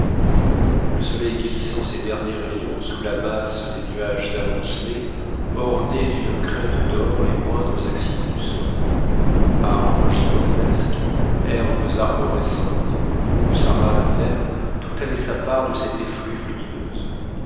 le soleil glissant ses derniers rayons sous la masse des nuages amoncelés ornait d'une crête d'or les moindres accidents du sol arbres gigantesques herbes arborescentes mousses à ras de terre tout avait sa part de cette effluve lumineuse